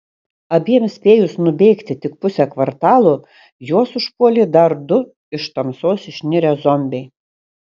abiem spėjus nubėgti tik pusę kvartalo juos užpuolė dar du iš tamsos išnirę zombiai